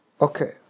Okay